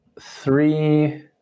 three